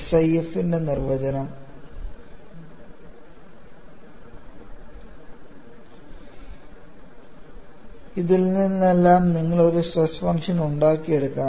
SIF ൻറെ നിർവചനം ഇതിൽനിന്നെല്ലാം നിങ്ങൾ ഒരു സ്ട്രെസ് ഫംഗ്ഷൻ ഉണ്ടാക്കിയെടുക്കണം